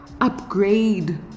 Upgrade